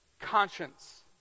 conscience